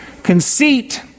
Conceit